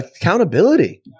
accountability